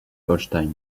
holstein